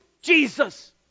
Jesus